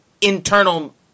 internal